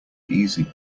easy